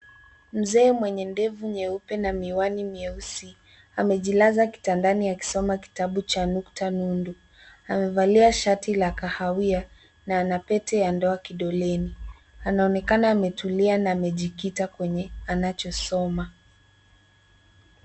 Mzee mwenye ndevu nyeupe na miwani mieusi ,amejilaza kitandani akisoma kitabu cha nukta nundu. Amevalia shati la kahawia ,na ana pete ya ndoa kidoleni. Anaonekana ametulia na amejikita, kwenye anachosoma.